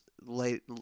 late